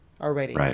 already